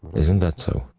isn't that so?